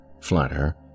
flatter